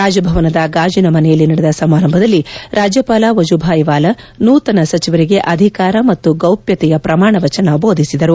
ರಾಜಭವನದ ಗಾಜಿನಮನೆಯಲ್ಲಿ ನಡೆದ ಸಮಾರಂಭದಲ್ಲಿ ರಾಜ್ಯಪಾಲ ವಜೂಭಾಯ್ ವಾಲಾ ನೂತನ ಸಚಿವರಿಗೆ ಅಧಿಕಾರ ಮತ್ತು ಗೌಷ್ಣತೆಯ ಪ್ರಮಾಣವಚನ ಬೋಧಿಸಿದರು